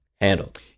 handled